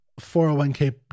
401k